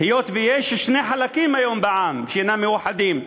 היות שהיום יש שני חלקים בעם שאינם מאוחדים.